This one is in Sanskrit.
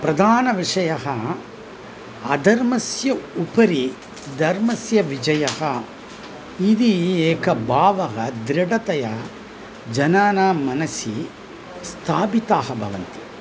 प्रधानविषयः अधर्मस्य उपरि धर्मस्य विजयः इति एकभावः दृढतया जनानां मनसि स्थापिताः भवन्ति